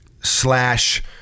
slash